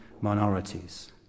minorities